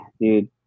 dude